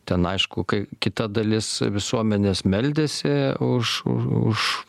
ten aišku kai kita dalis visuomenės meldėsi už už už